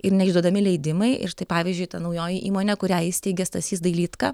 ir neišduodami leidimai ir tai pavyzdžiui ta naujoji įmonė kurią įsteigė stasys dailydka